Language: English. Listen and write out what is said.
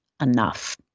enough